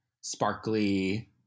sparkly